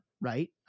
right